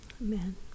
Amen